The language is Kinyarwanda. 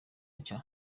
nshya